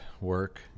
work